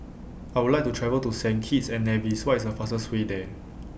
I Would like to travel to Saint Kitts and Nevis What IS The fastest Way There